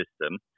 system